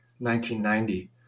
1990